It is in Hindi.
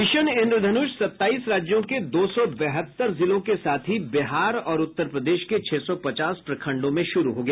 मिशन इन्द्रधनुष सत्ताइस राज्यों के दो सौ बहत्तर जिलों के साथ ही बिहार और उत्तर प्रदेश के छह सौ पचास प्रखंडों में शुरू हो गया